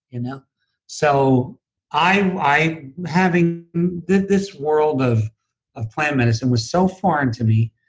you know so i having this world of of plant medicine was so far into me,